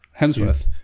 Hemsworth